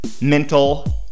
mental